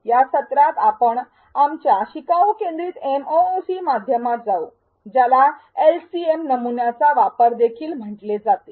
या सत्रात आपण आमच्या शिकाऊ केंद्रित एमओओसी माध्यमात जाऊ ज्याला एलसीएम नमुन्याचा वापर देखील म्हटले जाते